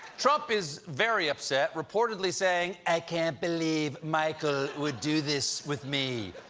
trump is very upset, reportedly saying, i can't believe michael would do this with me.